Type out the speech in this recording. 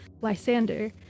Lysander